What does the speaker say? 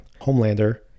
Homelander